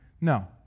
No